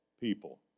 people